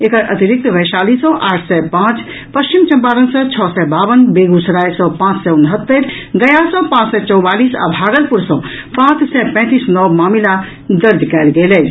एकर अतिरिक्त वैशाली सँ आठ सय पांच पश्चिम चम्पारण सँ छओ सय बावन बेगूसराय सँ पांच सय उनहत्तरि गया सँ पांच सय चौवालीस आ भागलपुर सँ पांच सय पैंतीस नव मामिला दर्ज कयल गेल अछि